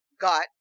got